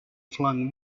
flung